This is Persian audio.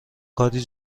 کاری